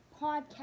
Podcast